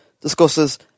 discusses